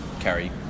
carry